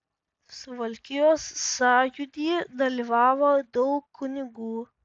suvalkijos sąjūdy dalyvavo daug kunigų